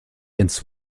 ins